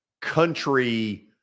country